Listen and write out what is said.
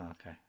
okay